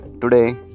today